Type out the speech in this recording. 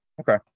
Okay